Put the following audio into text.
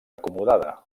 acomodada